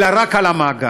אלא רק על המאגר.